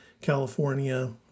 California